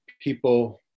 people